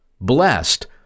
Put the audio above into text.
Blessed